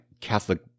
Catholic